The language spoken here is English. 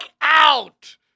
out